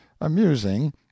amusing